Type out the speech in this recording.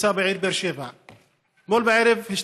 התשע"ח 2018, מאת חברי הכנסת